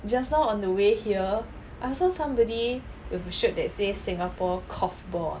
just now on the way here I saw somebody with a shirt that says singapore korfball